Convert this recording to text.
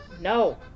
No